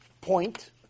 point